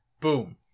Boom